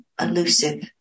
elusive